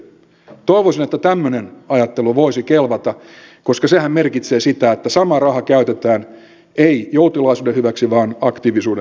toivoisin että tämmöinen ajattelu voisi kelvata koska sehän merkitsee sitä että sama raha käytetään ei joutilaisuuden hyväksi vaan aktiivisuuden hyväksi